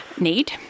need